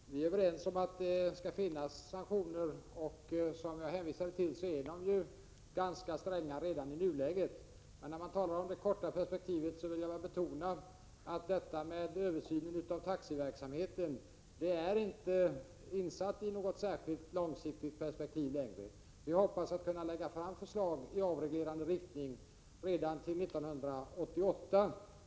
Fru talman! Vi är överens om att det skall finnas sanktioner, och som jag sade är de ganska stränga redan i nuläget. Men när man talar om det korta perspektivet vill jag betona att översynen av taxiverksamheten inte är insatt i något särskilt långsiktigt perspektiv längre. Vi hoppas kunna lägga fram förslag i avreglerande riktning redan 1988.